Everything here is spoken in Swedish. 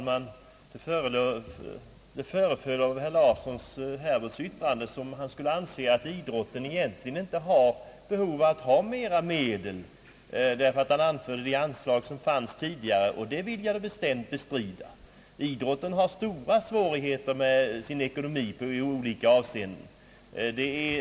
Herr talman! Det föreföll av herr Herbert Larssons yttrande som han skulle anse, att idrotten egentligen inte har behov av mera medel, eftersom han talar om de anslag som tidigare utgick för ändamålet. Jag vill bestämt bestrida detta. Idrotten har stora svårigheter med sin ekonomi i olika avseenden.